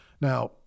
Now